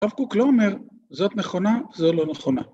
רב קוק לא אומר זאת נכונה, זו לא נכונה.